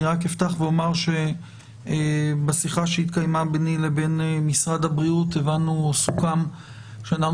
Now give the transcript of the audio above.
אני רק אפתח ואומר שבשיחה שהתקיימה ביני לבין משרד הבריאות סוכם שאנחנו